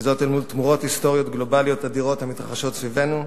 וזאת אל מול תמורות היסטוריות גלובליות אדירות המתרחשות סביבנו,